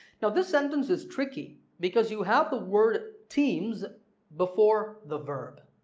now this sentence is tricky because you have the word teams before the verb